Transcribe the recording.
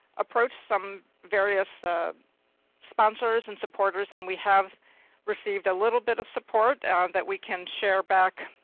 approached some various sponsors and supporters. and we have received a little bit of support that we can share back.